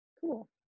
Cool